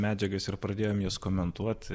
medžiagas ir pradėjom jas komentuot